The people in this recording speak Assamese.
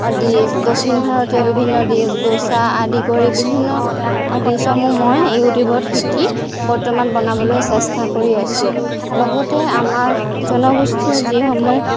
ডিচ দক্ষিণ ভাৰতীয় বিভিন্ন ডিচ ড'চা আদি কৰি বিভিন্ন ডিচসমূহ মই ইউটিউবত শিকি বৰ্তমান বনাবলৈ চেষ্টা কৰি আছোঁ লগতে আমাৰ জনগোষ্ঠীয় যিসমূহ